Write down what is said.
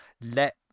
let